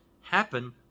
happen